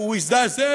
הוא הזדעזע,